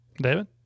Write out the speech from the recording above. David